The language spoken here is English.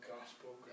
gospel